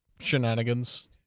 shenanigans